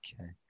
Okay